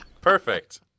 perfect